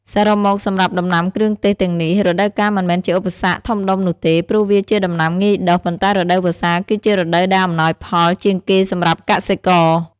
សរុបមក សម្រាប់ដំណាំគ្រឿងទេសទាំងនេះ រដូវកាលមិនមែនជាឧបសគ្គធំដុំនោះទេ ព្រោះវាជាដំណាំងាយដុះ ប៉ុន្តែរដូវវស្សាគឺជារដូវដែលអំណោយផលជាងគេសម្រាប់កសិករ។